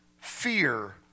fear